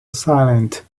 silent